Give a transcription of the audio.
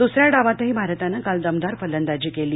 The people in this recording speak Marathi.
दूसऱ्या डावातही भारतानं काल दमदार फलंदाजी केली